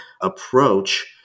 approach